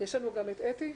לנו גם את אתי.